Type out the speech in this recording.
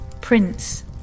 Prince